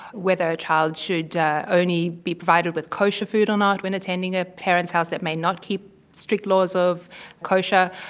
whether a child should only be provided with kosher food or not when attending a parent's house that may not keep strict laws of kosher,